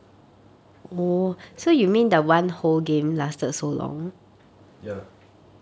ya